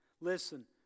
Listen